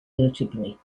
vertebrae